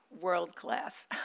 world-class